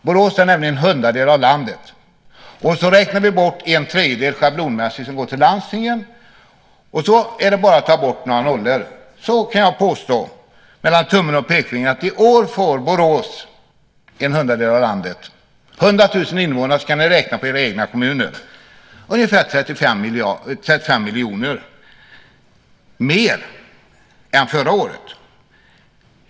Borås är nämligen en hundradel av landet. Räknar vi bort en tredjedel som schablonmässigt går till landstingen och sedan tar bort några nollor, kan jag påstå mellan tummen och pekfingret att i år får Borås en hundradel av landet. 100 000 invånare; sedan kan ni räkna på era egna kommuner. Det är ungefär 35 miljoner mer än förra året.